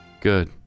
Good